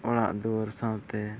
ᱚᱲᱟᱜᱼᱫᱩᱣᱟᱹᱨ ᱥᱟᱶᱛᱮ